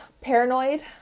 paranoid